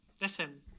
Listen